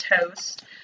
toast